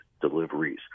deliveries